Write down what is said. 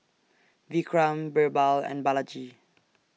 Vikram Birbal and Balaji